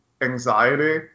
anxiety